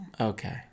Okay